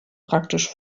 praktisch